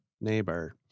neighbor